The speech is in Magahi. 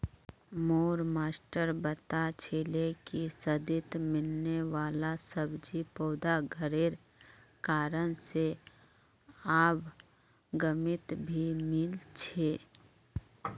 मोर मास्टर बता छीले कि सर्दित मिलने वाला सब्जि पौधा घरेर कारण से आब गर्मित भी मिल छे